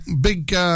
big